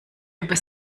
über